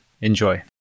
Enjoy